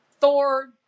Thor